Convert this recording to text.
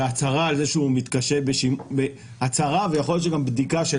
והצהרה ויכול להיות שגם בדיקה של